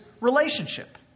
relationship